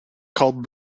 called